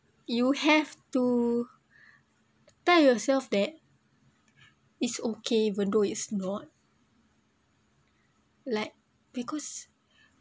you have to tell yourself that is okay even though it's not like because